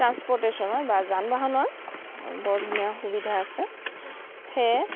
ট্ৰানচপ'টেচনৰ বা যান বাহনৰ বৰ ধুনীয়া সুবিধা আছে সেয়ে